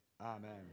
Amen